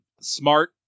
smart